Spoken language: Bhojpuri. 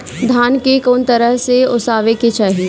धान के कउन तरह से ओसावे के चाही?